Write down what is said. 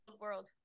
world